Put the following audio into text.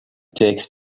takes